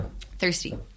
Thirsty